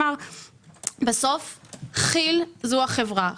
בסוף כי"ל זו החברה.